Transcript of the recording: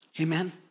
Amen